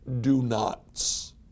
do-nots